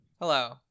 Hello